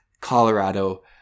Colorado